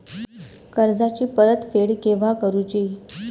कर्जाची परत फेड केव्हा करुची?